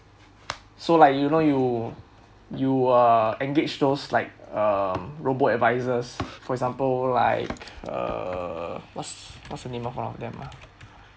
so like you know you you uh engaged those like um robo advisors for example like err what's what‘s the name of one of them uh